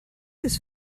this